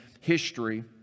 history